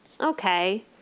okay